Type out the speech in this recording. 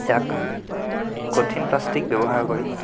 ইয়াক কঠিন প্লাষ্টিক ব্যৱহাৰ কৰি